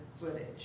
footage